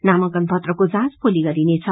नामाकंन पत्रको जाँच भोलि गरिनेछ